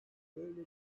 böyle